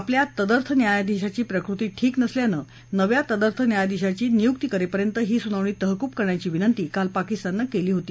आपल्या तदर्थ न्यायाधीशाची प्रकृती ठीक नसल्यानं नव्या तदर्थ न्यायाधिशाची नियुक्ती करेपर्यंत ही सुनावणी तहकूब करण्याची विनंती काल पाकिस्ताननं केली होती